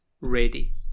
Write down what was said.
ready